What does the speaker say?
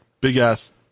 big-ass